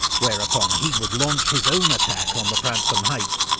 whereupon he would launch his own attack on the pratzen heights,